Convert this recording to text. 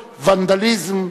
ונדליזם,